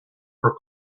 clerk